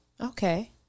Okay